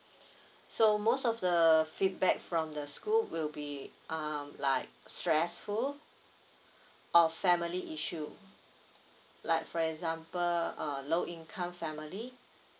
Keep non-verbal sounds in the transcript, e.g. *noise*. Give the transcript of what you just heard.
*breath* so most of the feedback from the school will be uh like stressful uh family issue like for example uh low income family